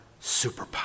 superpower